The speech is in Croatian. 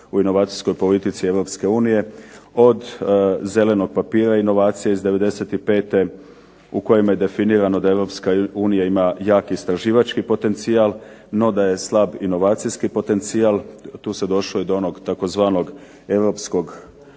u inovacijskoj politici EU od zelenog papira inovacije iz '95. u kojem je definirano da EU ima jak istraživački potencija, no da je slab inovacijski potencijal. Tu se došlo do onog tzv.